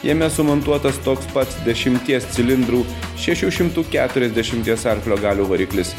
jame sumontuotas toks pats dešimties cilindrų šešių šimtų keturiasdešimties arklio galių variklis